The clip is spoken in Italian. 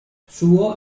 suo